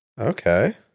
Okay